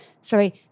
Sorry